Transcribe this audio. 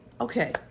Okay